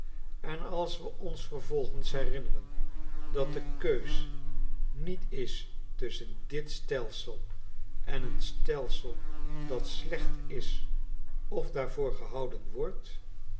en als we onsvervolgens herinneren dat de keus niet is tusschen dit stelsel en een stelsel dat slecht is of daar voor gehouden wordt